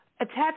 attached